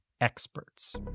experts